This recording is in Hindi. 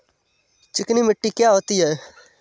चिकनी मिट्टी क्या होती है?